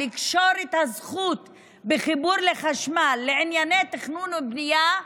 לקשור את הזכות לחיבור לחשמל לענייני תכנון ובנייה,